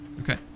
Okay